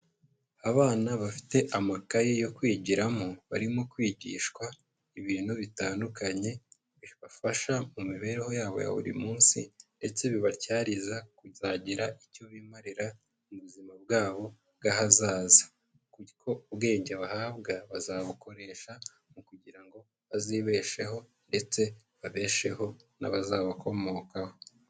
Abana bafite amakaye yo kwigiramo, barimo kwigishwa ibintu bitandukanye, bibafasha mu mibereho yabo ya buri munsi ndetse bibatyariza kuzagira icyo bimarira, mu buzima bwabo bw'ahazaza kuko ubwenge bahabwa bazabukoresha mu kugira ngo bazibesheho ndetse babesheho n'abazabakomokaho.